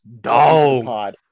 Dog